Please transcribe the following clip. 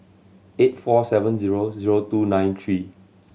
eight four seven zero zero two nine three